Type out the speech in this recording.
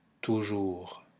toujours